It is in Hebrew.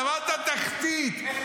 אבל אני שואל אותך שוב, אבל אמרת תחתית.